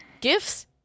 gifts